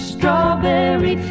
Strawberry